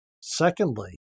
Secondly